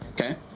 okay